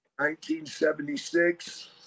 1976